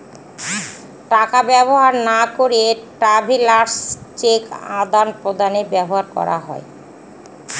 টাকা ব্যবহার না করে ট্রাভেলার্স চেক আদান প্রদানে ব্যবহার করা হয়